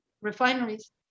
refineries